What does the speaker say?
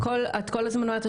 את כל הזמן אומרת,